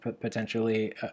potentially